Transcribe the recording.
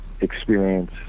experience